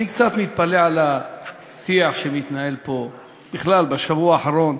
אני קצת מתפלא על השיח שמתנהל פה בכלל בשבוע האחרון.